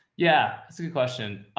yeah, that's a good question.